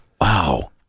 Wow